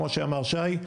כמו שאמר שי,